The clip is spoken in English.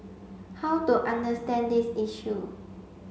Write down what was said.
how to understand this issue